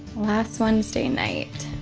last wednesday night?